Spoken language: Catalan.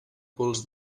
pols